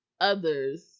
others